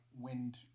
wind